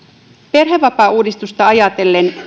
perhevapaauudistusta ajatellen